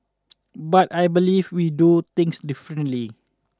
but I believe we do things differently